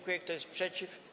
Kto jest przeciw?